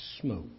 smoke